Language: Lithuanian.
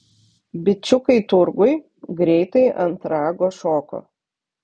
bičiukai turguj greitai ant rago šoko